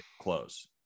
close